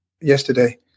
yesterday